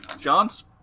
john's